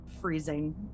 freezing